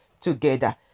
together